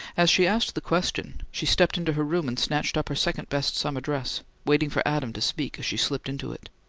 as she asked the question, she stepped into her room and snatched up her second best summer dress, waiting for adam to speak as she slipped into it.